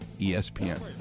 ESPN